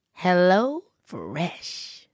HelloFresh